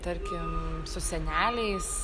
tarkim su seneliais